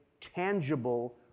tangible